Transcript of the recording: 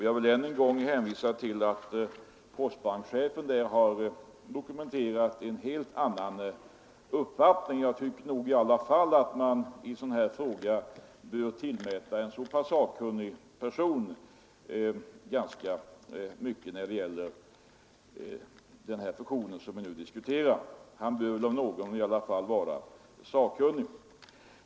Jag vill än en gång hänvisa till att postbankschefen har dokumenterat en helt annan uppfattning. Jag tycker nog i alla fall att man i en sådan här fråga bör tillmäta hans åsikt ett ganska stort värde när det gäller den fusion som vi nu diskuterar. Han bör väl om någon vara sakkunnig.